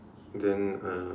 then uh